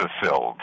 fulfilled